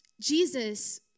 Jesus